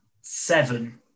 seven